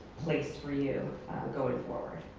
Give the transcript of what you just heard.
place for you going forward.